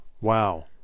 Wow